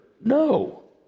No